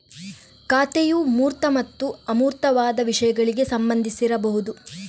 ಖಾತೆಯು ಮೂರ್ತ ಮತ್ತು ಅಮೂರ್ತವಾದ ವಿಷಯಗಳಿಗೆ ಸಂಬಂಧಿಸಿರಬಹುದು